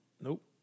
Nope